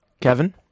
Kevin